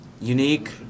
Unique